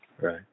Right